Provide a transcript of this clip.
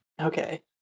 Okay